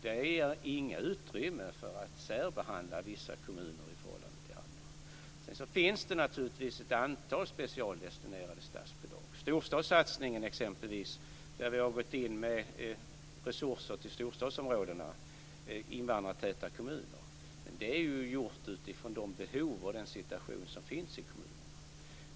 Det ger inget utrymme för att särbehandla vissa kommuner i förhållande till andra. Sedan finns det naturligtvis ett antal specialdestinerade statsbidrag, t.ex. storstadssatsningen. Där har vi gått in med resurser till storstadsområdena och invandrartäta kommuner. Men det har skett utifrån de behov och den situation som finns i kommunerna.